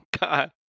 God